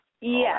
Yes